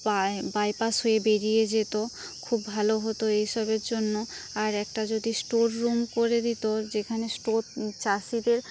প্রায় বাইপাস হয়ে বেরিয়ে যেত খুব ভালো হত এসবের জন্য আর একটা যদি স্টোর রুম করে দিত যেখানে স্টোর চাষিদের